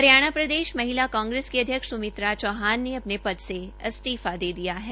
हरियाणा प्रदेश महिला कांग्रेस की अध्यक्ष स्मित्रा चौहान ने अपने पद से इस्तीफा दे दिया है